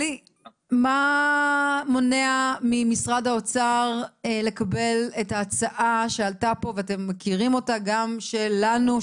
מה מונע ממשרד האוצר לקבל את ההצעה שעלתה פה ואתם מכירים אותה גם שלנו,